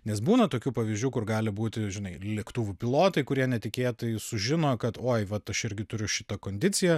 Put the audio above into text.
nes būna tokių pavyzdžių kur gali būti žinai lėktuvų pilotai kurie netikėtai sužino kad oi vat aš irgi turiu šitą kondiciją